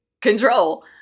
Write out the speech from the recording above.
control